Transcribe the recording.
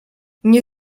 nie